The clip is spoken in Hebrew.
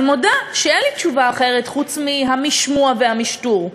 אני מודה שאין לי תשובה אחרת חוץ מהמשמוע והמשטור,